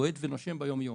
בועט ונושם ביום-יום.